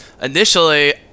initially